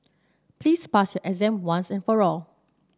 please pass your exam once and for all